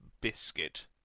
biscuit